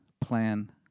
plan